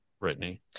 Brittany